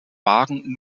wagen